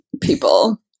people